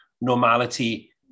normality